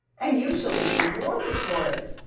and you shall be rewarded for it.